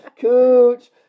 Cooch